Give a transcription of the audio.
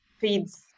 feeds